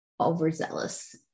overzealous